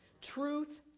Truth